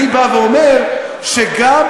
אני בא ואומר שגם,